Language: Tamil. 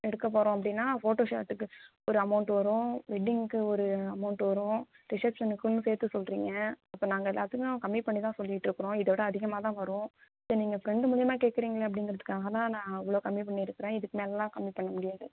எடுக்கப் போகிறோம் அப்படின்னா ஃபோட்டோ ஷாட்டுக்கு ஒரு அமௌண்ட்டு வரும் வெட்டிங்க்கு ஒரு அமௌண்ட் வரும் ரிசப்ஷனுக்குன்னு சேர்த்து சொல்கிறீங்க இப்போ நாங்கள் எல்லாத்தையும் கம்மி பண்ணி தான் சொல்லிகிட்டுருக்குறோம் இதோட அதிகமாக தான் வரும் சரி நீங்கள் ஃப்ரெண்டு மூலயமா கேட்குறீங்களே அப்படிங்கிறதுக்காக தான் நான் இவ்வளோ கம்மி பண்ணியிருக்குறேன் இதுக்கு மேலெல்லாம் கம்மி பண்ண முடியாது